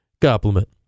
compliment